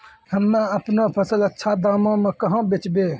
हम्मे आपनौ फसल अच्छा दामों मे कहाँ बेचबै?